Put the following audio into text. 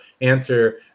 answer